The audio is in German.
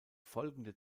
folgende